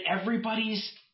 everybody's